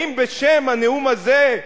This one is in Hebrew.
האם בשם הנאום הזה,